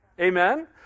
amen